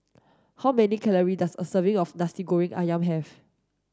how many calories does a serving of Nasi Goreng Ayam have